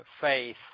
faith